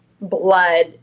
blood